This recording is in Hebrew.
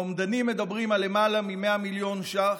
האומדנים מדברים על למעלה מ-100 מיליון ש"ח.